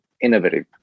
innovative